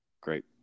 Great